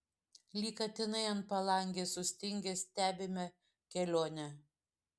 lyg katinai ant palangės sustingę stebime kelionę